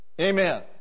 Amen